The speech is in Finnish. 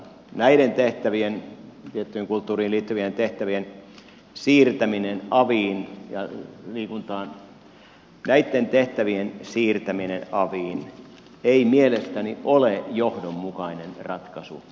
näiden tehtävien tiettyjen kulttuuriin ja liikuntaan liittyvien tehtävien siirtäminen aviin ei mielestäni ole johdonmukainen ratkaisu